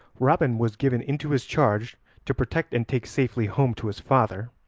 robin was given into his charge to protect and take safely home to his father,